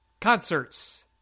concerts